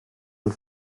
and